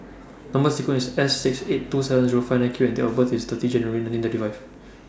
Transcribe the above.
Number sequence IS S six eight two seven Zero five nine Q and Date of birth IS thirty January nineteen thirty five